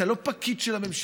אתה לא פקיד של הממשלה.